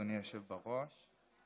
אדוני היושב-ראש,